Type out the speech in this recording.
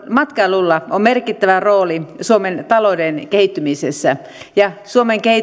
matkailulla on merkittävä rooli suomen talouden kehittymisessä ja suomen